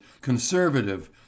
conservative